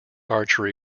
archery